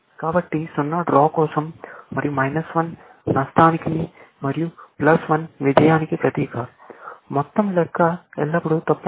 కాబట్టి 0 డ్రా కోసం మరియు నష్టానికి మరియు 1 విజయానికి ప్రతీక మొత్తం లెక్క ఎల్లప్పుడూ తప్పనిసరిగా 0 ఉంటుంది